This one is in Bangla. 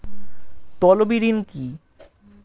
তলবি ঋন কি?